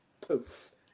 poof